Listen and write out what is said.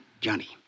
Johnny